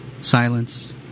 silence